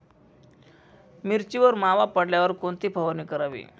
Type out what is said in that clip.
मिरचीवर मावा पडल्यावर कोणती फवारणी करावी?